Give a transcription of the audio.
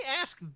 ask